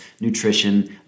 nutrition